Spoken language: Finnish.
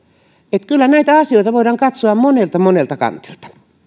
että kyllä näitä asioita voidaan katsoa monelta monelta kantilta